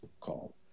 call